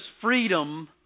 freedom